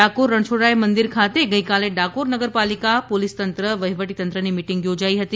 ડાકોર રણછોડરાય મંદિર ખાતે ગઈકાલે ડાકોર નગરપાલિકા પોલીસતંત્ર વહીવટીતંત્રની મિટિંગ યોજાઈ હતી